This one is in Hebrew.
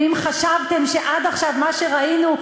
ואם חשבתם שעד עכשיו מה שראינו,